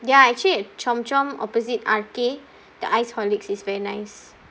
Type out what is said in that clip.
ya actually at chomp chomp opposite the ice horlicks is very nice